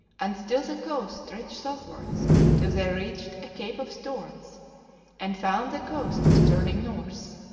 and still the coast stretched southwards till they reached a cape of storms and found the coast was turning north.